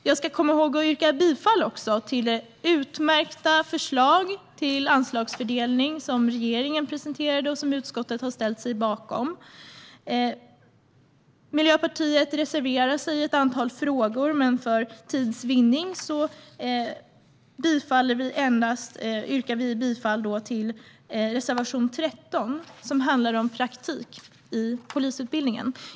Jag ska också komma ihåg att yrka bifall till det utmärkta förslag till anslagsfördelning som regeringen presenterade och som utskottet har ställt sig bakom. Miljöpartiet reserverar sig i ett antal frågor, men för tids vinnande yrkar vi bifall endast till reservation 13 som handlar om praktik i polisutbildningen.